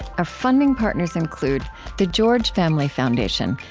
our funding partners include the george family foundation,